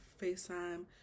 FaceTime